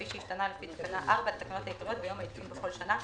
כפי שהשתנה לפי תקנה 4 לתקנות העיקריות ביום העדכון בכל שנה,